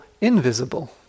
invisible